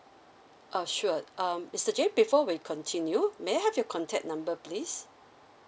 oh sure um mister james before we continue may I have your contact number please